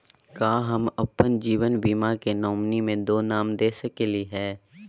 का हम अप्पन जीवन बीमा के नॉमिनी में दो नाम दे सकली हई?